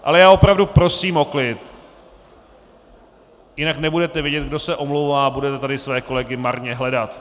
Ale já opravdu prosím o klid, jinak nebudete vědět, kdo se omlouvá, a budete tady své kolegy marně hledat.